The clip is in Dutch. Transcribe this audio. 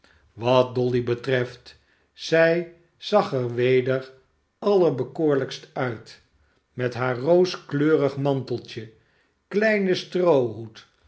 wat dolly betreft zij zag er weder allerbekoorlijkst uit met haar rooskleurig manteltje kleinen stroohoed